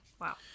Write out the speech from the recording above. Wow